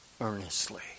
earnestly